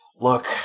Look